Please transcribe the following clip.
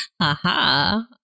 Aha